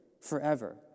forever